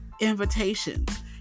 invitations